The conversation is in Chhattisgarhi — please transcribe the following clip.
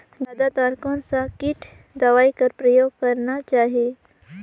जादा तर कोन स किट दवाई कर प्रयोग करना चाही?